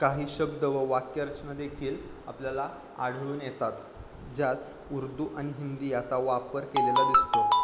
काही शब्द व वाक्यरचना देकील आपल्याला आढळून येतात ज्यात उर्दू आणि हिंदी याचा वापर केलेला दिसतो